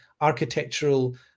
architectural